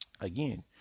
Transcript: again